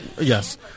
Yes